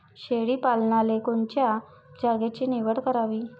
शेळी पालनाले कोनच्या जागेची निवड करावी?